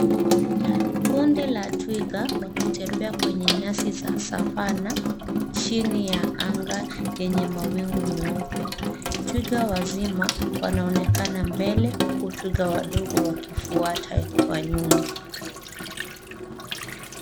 Kundi la twiga wakitembea kwenye nyasi za Savana chini ya anga yenye mawingu meupe. Twiga wazima wanaonekana mbele huku twiga wadogo wakifuata kwa nyuma.